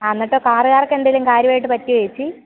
ആ എന്നിട്ട് കാറുകാർക്ക് എന്തെങ്കിലും കാര്യമായിട്ടു പറ്റിയോ ചേച്ചി